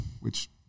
which-